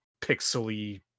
pixely